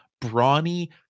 brawny